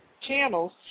channels